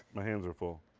my hands are full.